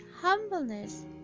humbleness